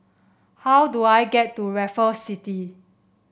how do I get to Raffles City